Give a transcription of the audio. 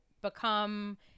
become